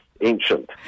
ancient